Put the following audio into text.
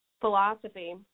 philosophy